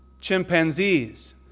chimpanzees